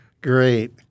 Great